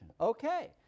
Okay